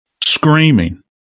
screaming